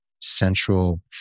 central